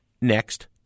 Next